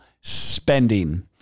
spending